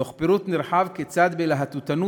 תוך פירוט נרחב כיצד בלהטוטנות,